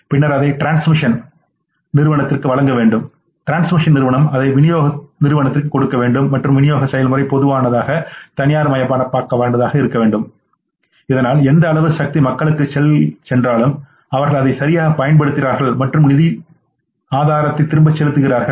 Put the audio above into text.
பின்னர் அதை டிரான்ஸ்மிஷன் நிறுவனத்திற்கு வழங்க வேண்டும் பின்னர் டிரான்ஸ்மிஷன் நிறுவனம் அதை விநியோக நிறுவனத்திற்கு கொடுக்க வேண்டும் மற்றும் விநியோக செயல்முறை பொதுவாக தனியார்மயமாக்கப்பட வேண்டும் இதனால் எந்த அளவு சக்தி மக்களுக்கு சென்றாலும் அவர்கள் அதை சரியாகப் பயன்படுத்துகிறார்கள் மற்றும் நிதி திரும்ப செலுத்துகிறார்கள்